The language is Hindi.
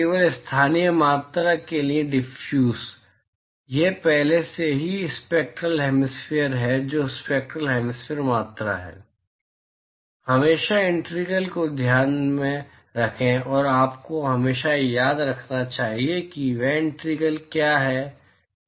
केवल स्थानीय मात्रा के लिए डिफ्यूज़ यह पहले से ही स्पैक्टरल हेमिस्फेरिकल है जो स्पैक्टरल हेमिस्फेरिकल मात्रा है हमेशा इंटीग्रल को ध्यान में रखें आपको हमेशा याद रखना चाहिए कि वे इंटीग्रल क्या हैं